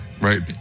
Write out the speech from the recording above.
right